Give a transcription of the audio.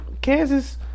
Kansas